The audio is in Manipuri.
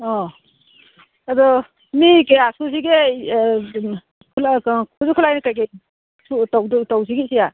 ꯑꯥ ꯑꯗꯣ ꯃꯤ ꯀꯌꯥ ꯁꯨꯁꯤꯒꯦ ꯈꯨꯠꯁꯨ ꯈꯨꯂꯥꯏꯅ ꯀꯩꯀꯩ ꯇꯧꯁꯤꯒꯦ ꯏꯆꯦ